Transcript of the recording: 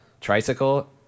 tricycle